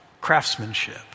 craftsmanship